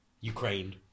Ukraine